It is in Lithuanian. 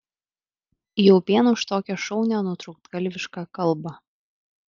jau vien už tokią šaunią nutrūktgalvišką kalbą